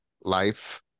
life